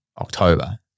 October